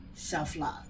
self-love